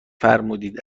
فرمودید